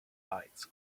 bites